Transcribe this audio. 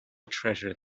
treasure